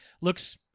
looks